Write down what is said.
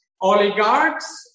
oligarchs